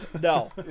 No